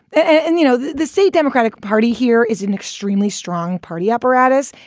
and you know, the the state democratic party here is an extremely strong party apparatus.